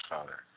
Father